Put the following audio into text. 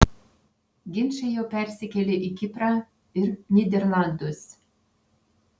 ginčai jau persikėlė į kiprą ir nyderlandus